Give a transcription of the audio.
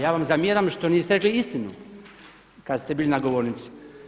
Ja vam zamjeram što niste rekli istinu kad ste bili na govornici.